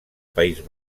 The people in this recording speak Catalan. país